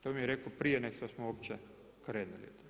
To mi je rekao prije nego što smo uopće krenuli.